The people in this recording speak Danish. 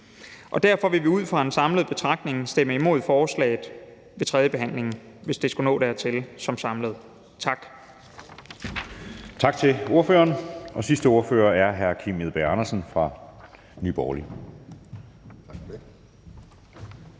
Derfor vil vi ud fra en samlet betragtning stemme imod forslaget som helhed ved tredjebehandlingen, hvis det skulle nå dertil. Tak. Kl. 13:19 Anden næstformand (Jeppe Søe): Tak til ordføreren. Sidste ordfører er hr. Kim Edberg Andersen fra Nye Borgerlige.